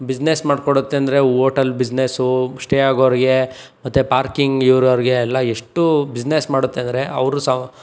business ಮಾಡಿಕೊಡುತ್ತೆ ಅಂದರೆ hotel business stay ಆಗೋರಿಗೆ ಮತ್ತು ಪಾರ್ಕಿಂಗ್ ಇರೋರ್ಗೆ ಎಲ್ಲ ಎಷ್ಟು ಬಿಸ್ನೆಸ್ ಮಾಡುತ್ತೆ ಅಂದರೆ ಅವರು ಸಹ